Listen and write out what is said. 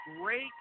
Great